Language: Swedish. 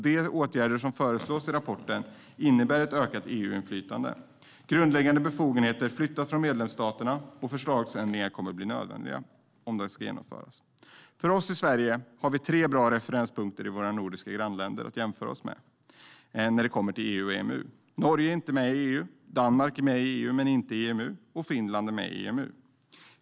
De åtgärder som föreslås i rapporten innebär ett ökat EU-inflytande. Grundläggande befogenheter flyttas från medlemsstaterna, och fördragsändringar kommer att bli nödvändiga om detta ska genomföras. I Sverige har vi tre bra referenspunkter i våra nordiska grannländer att jämföra oss med när det kommer till EU och EMU. Norge är inte med EU, Danmark är med i EU men inte EMU och Finland är med i EMU.